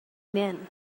men